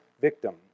victim